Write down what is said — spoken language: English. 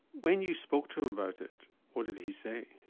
when you spoke to him about it what did he say?